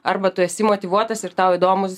arba tu esi motyvuotas ir tau įdomus